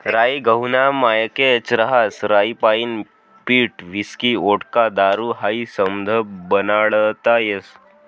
राई गहूना मायेकच रहास राईपाईन पीठ व्हिस्की व्होडका दारू हायी समधं बनाडता येस